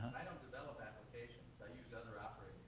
i don't develop applications. i use other ah